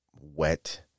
wet